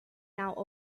now